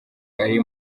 ari